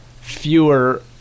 fewer